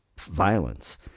violence